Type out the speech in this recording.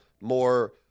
more